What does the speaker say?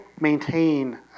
maintain